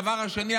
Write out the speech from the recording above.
הדבר השני,